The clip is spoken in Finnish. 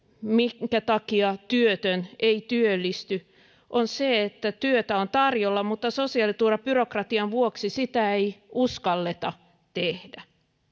minkä takia työtön ei työllisty on se että työtä on tarjolla mutta sosiaaliturvabyrokratian vuoksi sitä ei uskalleta tehdä